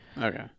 okay